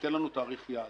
שתיתן לנו תאריך יעד.